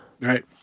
Right